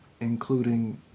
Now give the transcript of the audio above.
including